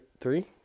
three